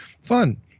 Fun